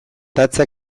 datza